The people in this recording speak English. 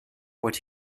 what